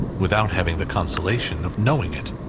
without having the consolation of knowing it.